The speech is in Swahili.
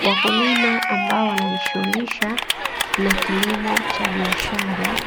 Wakulima ambao wanajishughulisha na kilimo cha biashara.